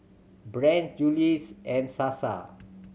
brand Julie's and Sasa